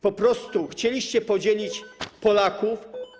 Po prostu chcieliście podzielić Polaków.